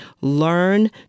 learn